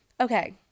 okay